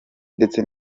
ndetse